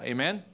Amen